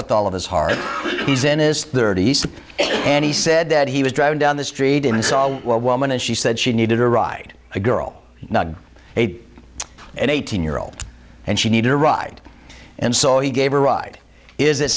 with all of his heart he's in his thirty's and he said that he was driving down the street and saw a well woman and she said she needed a ride a girl not a an eighteen year old and she needed a ride and so he gave her a ride is